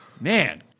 Man